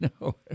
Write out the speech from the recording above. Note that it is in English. no